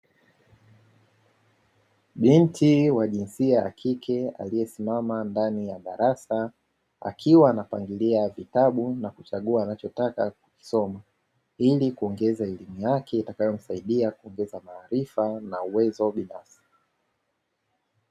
Binti wa jinsia ya kike aliyesimama ndani ya darasa, akiwa anapangilia vitabu na kuchagua anachotaka kusoma ili kuongeza elimu yake itakayomsaidia kuongeza maarifa na uwezo binafsi.